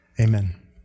Amen